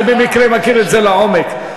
אני במקרה מכיר את זה לעומק.